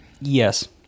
Yes